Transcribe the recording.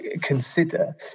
consider